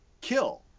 kill